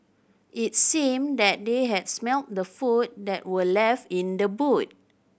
it seemed that they had smelt the food that were left in the boot